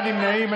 אין נמנעים.